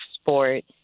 Sport